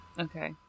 Okay